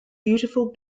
beautiful